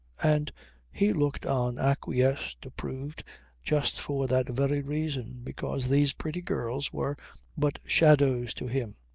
and he looked on, acquiesced, approved, just for that very reason because these pretty girls were but shadows to him.